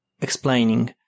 explaining